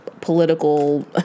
political